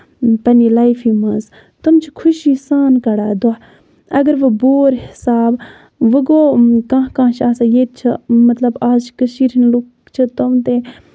پَنٕنہِ لایفہِ منٛز تِم چھِ خوشی سان کَڑان دۄہ اَگر وۄنۍ بور حِسابہٕ وۄنۍ گوٚو کانٛہہ کانٛہہ چھُ آسان ییٚتہِ چھُ مطلب آز چھِ کٔشیٖر ہِنٛدۍ لُکھ چھِ تِم تہِ